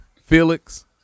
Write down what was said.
felix